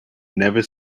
never